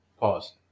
Pause